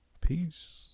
Peace